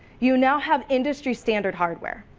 you know have industry standard hardware,